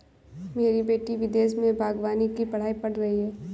मेरी बेटी विदेश में बागवानी की पढ़ाई पढ़ रही है